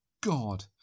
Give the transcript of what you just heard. god